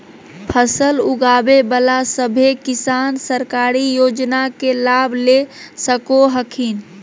फसल उगाबे बला सभै किसान सरकारी योजना के लाभ ले सको हखिन